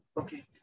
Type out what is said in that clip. Okay